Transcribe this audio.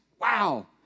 Wow